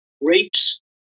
rapes